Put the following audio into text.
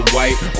White